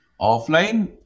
Offline